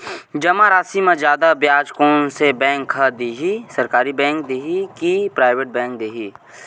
जमा राशि म जादा ब्याज कोन से बैंक ह दे ही, सरकारी बैंक दे हि कि प्राइवेट बैंक देहि?